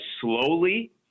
slowly